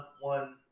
one